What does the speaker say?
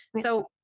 so-